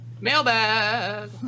Mailbag